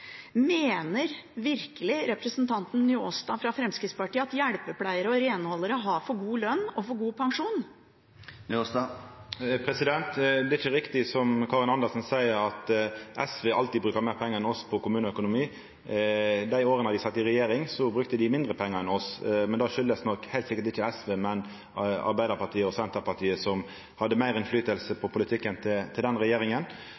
Mener virkelig representanten Njåstad fra Fremskrittspartiet at hjelpepleiere og renholdere har for god lønn og for god pensjon? Det er ikkje riktig som Karin Andersen seier, at SV alltid bruker meir pengar enn oss på kommuneøkonomi. Dei åra dei sat i regjering, brukte dei mindre pengar enn oss. Årsaka er nok heilt sikkert ikkje SV, men Arbeidarpartiet og Senterpartiet, som hadde